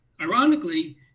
ironically